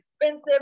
expensive